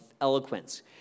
eloquence